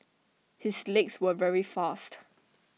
his legs were very fast